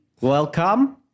Welcome